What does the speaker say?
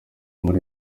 muri